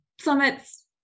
summits